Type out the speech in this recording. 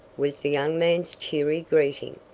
was the young man's cheery greeting.